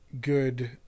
good